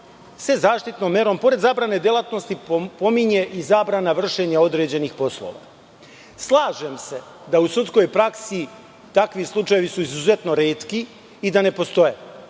se zaštitnom merom, pored zabrane delatnosti, pominje i zabrana vršenja određenih poslova. Slažem se da su u sudskoj praksi takvi slučajevi izuzetno retki i da ne postoje,